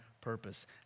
purpose